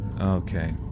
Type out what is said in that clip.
Okay